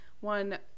one